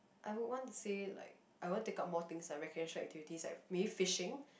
I would want to say like I want take up more things are recreation activities like fishing